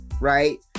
right